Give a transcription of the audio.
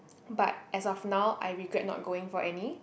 but as of now I regret not going for any